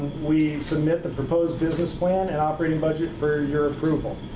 we submit the proposed business plan and operating budget for your approval.